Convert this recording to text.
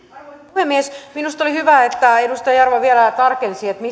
puhemies minusta oli hyvä että edustaja jarva vielä tarkensi